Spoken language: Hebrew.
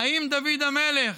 האם דוד המלך,